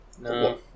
No